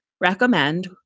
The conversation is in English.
recommend